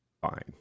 Fine